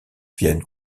viennent